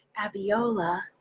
Abiola